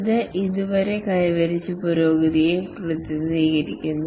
ഇത് ഇതുവരെ കൈവരിച്ച പുരോഗതിയെ പ്രതിനിധീകരിക്കുന്നു